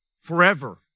forever